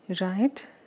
right